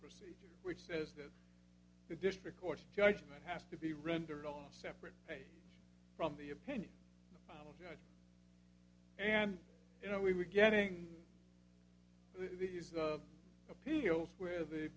procedure which says that the district court judgment has to be rendered on separate from the opinion and you know we were getting these appeals where